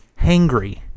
hangry